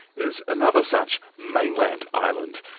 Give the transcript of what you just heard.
is another such mainland island,